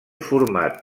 format